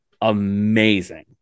amazing